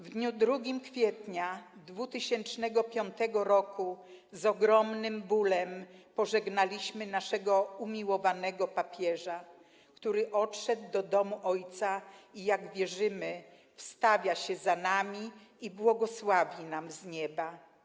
W dniu 2 kwietnia 2005 roku z ogromnym bólem pożegnaliśmy naszego umiłowanego papieża, który odszedł do Domu Ojca i, jak wierzymy, wstawia się za nami i błogosławi nam z nieba.